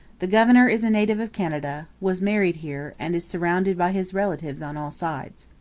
the governor is a native of canada, was married here, and is surrounded by his relatives on all sides